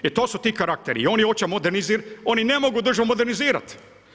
E to su ti karakteri i oni hoće modernizirati, oni ne mogu državu modernizirati.